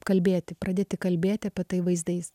kalbėti pradėti kalbėti apie tai vaizdais